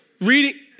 Reading